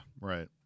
right